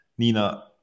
Nina